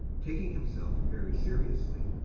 taking himself very seriously,